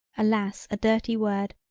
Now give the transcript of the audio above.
alas a dirty word,